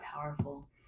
powerful